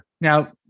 Now